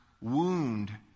wound